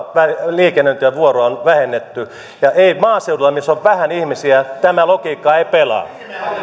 liikennöintivuoroa on vähennetty maaseudulla missä on vähän ihmisiä tämä logiikka ei pelaa